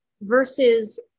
versus